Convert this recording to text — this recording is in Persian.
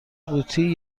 قوطی